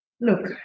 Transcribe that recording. look